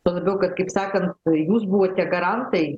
tuo labiau kad kaip sakan jūs buvote garantai